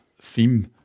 theme